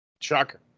Shocker